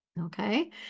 okay